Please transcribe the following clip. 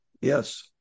Yes